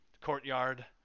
courtyard